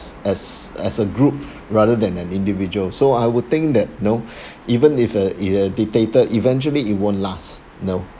as as a group rather than an individual so I would think that you know even if a if a dictator eventually it won't last you know